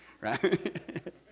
Right